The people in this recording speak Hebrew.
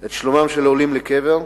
את שלומם של העולים לקבר,